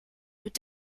mit